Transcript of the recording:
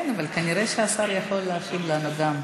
כן, אבל כנראה השר יכול להשיב לנו גם.